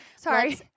Sorry